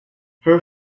her